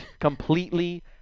completely